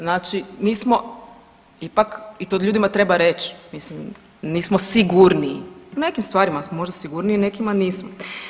Znači mi smo ipak i to ljudima treba reć, mislim nismo sigurniji, u nekim stvarima smo možda sigurniji u nekim nismo.